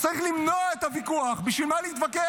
צריך למנוע את הוויכוח, בשביל מה להתווכח?